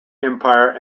empire